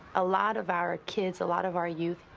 a lot of our kids, a lot of our youth,